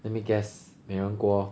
let me guess 美人锅